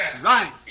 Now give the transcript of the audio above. Right